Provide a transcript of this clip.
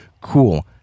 Cool